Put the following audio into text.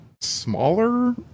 smaller